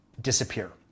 disappear